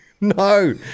No